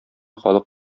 халык